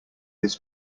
this